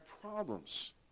problems